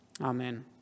Amen